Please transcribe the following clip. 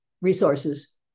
resources